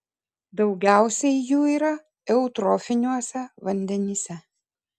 daugiausiai jų yra eutrofiniuose vandenyse